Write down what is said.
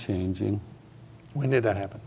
changing when did that happen